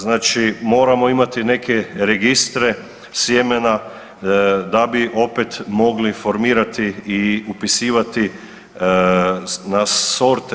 Znači moramo imati neke registre sjemena da bi opet mogli formirati i upisivati na sorte.